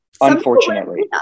Unfortunately